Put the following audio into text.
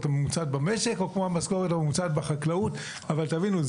הממוצעת במשק או כמו המשכורת הממוצעת בחקלאות אבל תבינו,